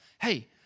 Hey